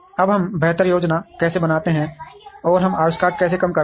अब हम बेहतर योजना कैसे बनाते हैं और हम आविष्कार कैसे कम करते हैं